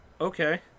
Okay